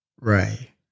Ray